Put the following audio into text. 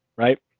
right?